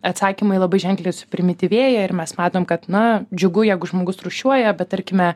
atsakymai labai ženkliai suprimityvėja ir mes matom kad na džiugu jeigu žmogus rūšiuoja bet tarkime